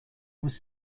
was